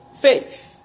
faith